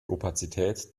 opazität